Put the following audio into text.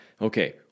okay